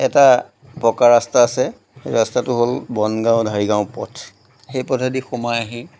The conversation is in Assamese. এটা পকা ৰাস্তা আছে সেই ৰাস্তাটো হ'ল বনগাঁও ঢাৰিগাঁও পথ সেই পথেদি সোমাই আহি